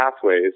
pathways